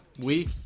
we